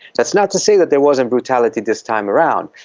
that's not to say that there wasn't brutality this time around.